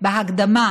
בהקדמה